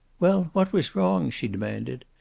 well, what was wrong? she demanded.